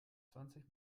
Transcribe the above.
zwanzig